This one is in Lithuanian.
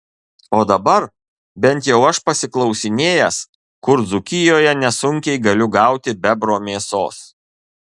o dabar bent jau aš pasiklausinėjęs kur dzūkijoje nesunkiai galiu gauti bebro mėsos